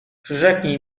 przyrzeknij